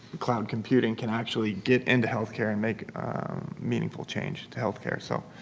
cloud computing-can actually get into healthcare and make meaningful change to healthcare. so,